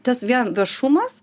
tas vien viešumas